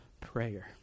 prayer